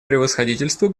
превосходительству